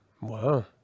wow